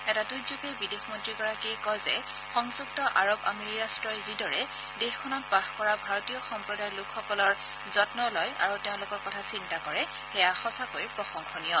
এটা টুইটযোগে বিদেশমন্ত্ৰীগৰাকীয়ে কয় যে সংযুক্ত আৰৱ আমেৰী ৰাট্টই যিদৰে দেশখনত বাস কৰা ভাৰতীয় সম্প্ৰদায়ৰ লোকসকলৰ যিদৰে যন্ন লয় আৰু তেওঁলোকৰ কথা চিন্তা কৰে সেয়া সঁচাকৈ প্ৰশংসনীয়